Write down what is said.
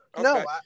No